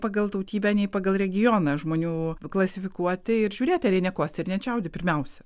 pagal tautybę nei pagal regioną žmonių klasifikuoti ir žiūrėti ar jie nekosėja ar nečiaudi pirmiausia